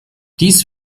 dies